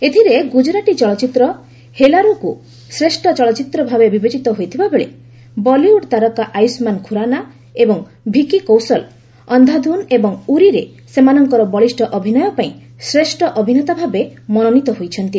ଏଥିରେ ଗୁଜରାଟି ଚଳଚ୍ଚିତ୍ର 'ହେଲାରୋ'କୁ ଶ୍ରେଷ୍ଠ ଚଳଚ୍ଚିତ୍ର ଭାବେ ବିବେଚିତ ହୋଇଥିବାବେଳେ ବଲିଉଡ୍ ତାରକା ଆୟୁଷ୍ମାନ ଖୁରାନା ଏବଂ ଭିକି କୌଶଲ 'ଅନ୍ଧାଧୁନ' ଏବଂ 'ଉରୀ'ରେ ସେମାନଙ୍କର ବଳିଷ୍ଠ ଅଭିନୟ ପାଇଁ ଶ୍ରେଷ୍ଠ ଅଭିନେତା ଭାବେ ମନୋନୀତ ହୋଇଛନ୍ତି